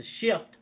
shift